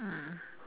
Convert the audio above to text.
mm